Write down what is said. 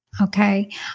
Okay